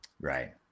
Right